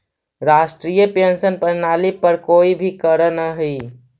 राष्ट्रीय पेंशन प्रणाली पर कोई भी करऽ न हई